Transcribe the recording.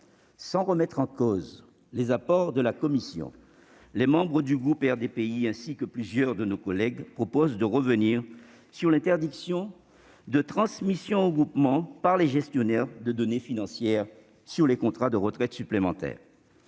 Sans remettre en cause les apports de la commission, les membres du groupe RDPI ainsi que plusieurs de nos collègues proposent de revenir sur l'interdiction de transmission au GIP, par les gestionnaires, de données financières relatives aux contrats de retraite supplémentaire.